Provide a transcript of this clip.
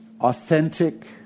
authentic